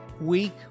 week